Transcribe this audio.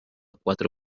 cuatro